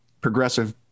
progressive